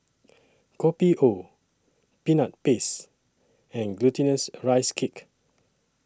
Kopi O Peanut Paste and Glutinous Rice Cake